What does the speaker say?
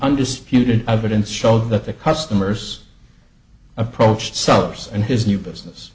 undisputed evidence showed that the customers approached sellers and his new business